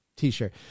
t-shirt